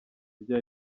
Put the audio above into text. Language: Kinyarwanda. ibyo